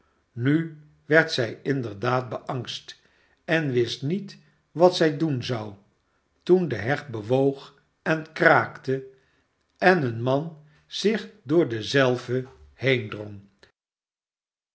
nu werd zij inderdaad beangst en wist niet wat zij doen zou toen de heg bewoog en kraakte en een man zich door dezelve heendrong